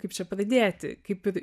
kaip čia pradėti kaip ir